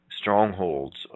strongholds